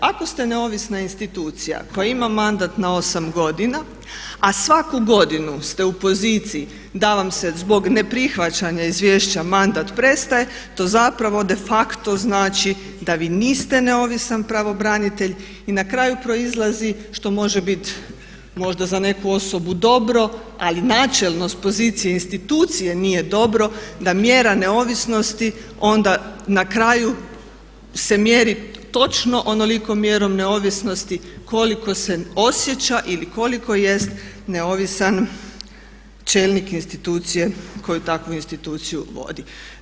Ako ste neovisna institucija koja ima mandat na 8 godina a svaku godinu ste u poziciji da vam se zbog ne prihvaćanja izvješća mandat prestaje to zapravo de facto znači da vi niste neovisan pravobranitelj i na kraju proizlazi što može biti možda za neku osobu dobro ali načelno s pozicije institucije nije dobro da mjera neovisnosti onda na kraju se mjeri točno onolikom mjerom neovisnosti koliko se osjeća ili koliko jest neovisan čelnik institucije koji takvu instituciju vodi.